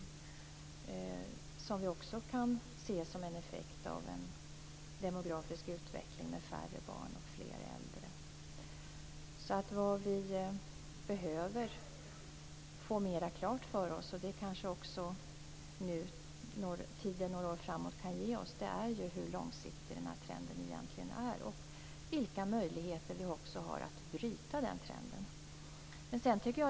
Det kan vi också se som en effekt av en demografisk utveckling med färre barn och fler äldre. Vad vi behöver få mera klart för oss - och det kanske tiden några år framåt kan visa oss - är hur långsiktig den här trenden egentligen är, och vilka möjligheter vi har att bryta den.